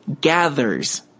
gathers